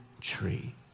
tree